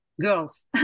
girls